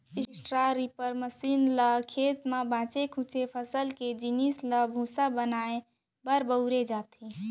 straw reaper machine ल खेत म बाचे खुचे फसल के जिनिस ल भूसा बनाए बर बउरे जाथे